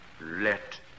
Let